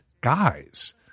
guys